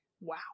Wow